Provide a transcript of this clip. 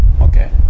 Okay